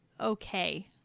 okay